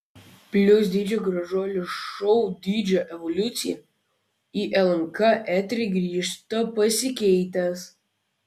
plius dydžio gražuolių šou dydžio evoliucija į lnk eterį grįžta pasikeitęs